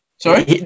Sorry